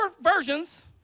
versions